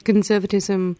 conservatism